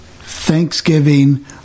Thanksgiving